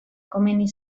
komeni